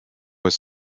was